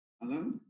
Hello